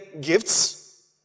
gifts